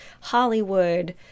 hollywood